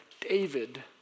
David